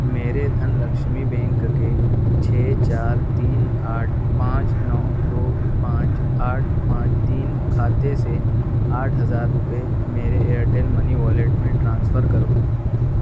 میرے دھن لکشمی بینک کے چھ چار تین آٹھ پانچ نو دو پانچ آٹھ پانچ تین کھاتے سے آٹھ ہزار روپے میرے ایرٹیل منی والیٹ میں ٹرانسفر کرو